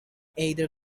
either